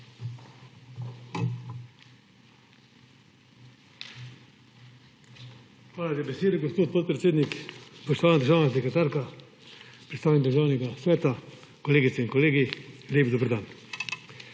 Hvala za besedo, gospod podpredsednik. Spoštovana državna sekretarka, predstavnik Državnega sveta, kolegice in kolegi, lep dober dan!